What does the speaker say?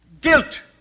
guilt